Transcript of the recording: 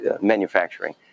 manufacturing